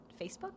Facebook